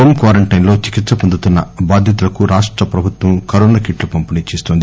home క్వారంటైన్లో చికిత్స హొందుతున్న బాధితులకు రాష్ట ప్రభుత్వం కరోనా కిట్లు పంపిణీ చేస్తోంది